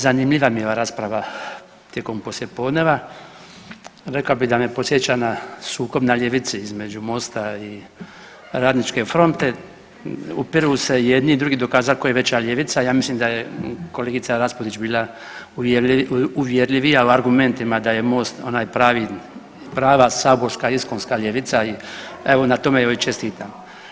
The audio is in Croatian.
Zanimljiva mi je ova rasprava tijekom poslijepodneva, rekao bih da me podsjeća na sukob na ljevici između Mosta i RF, upiru se jedni i drugi dokazat ko je veća ljevica, ja mislim da je kolegica Raspudić bila uvjerljivija u argumentima da je Most ona prava saborska iskonska ljevica i evo na tom joj čestitam.